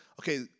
Okay